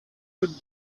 would